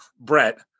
Brett